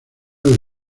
del